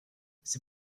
c’est